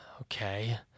okay